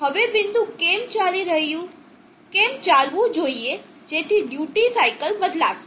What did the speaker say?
હવે બિંદુ કેમ ચાલવું જોઈએ જેથી ડ્યુટી સાઇકલ બદલાશે